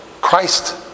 Christ